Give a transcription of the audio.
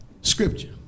scripture